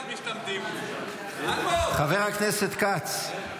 חבר הכנסת כץ.